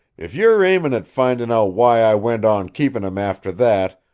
if you're aimin' at findin' out why i went on keepin' him after that,